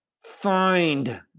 Find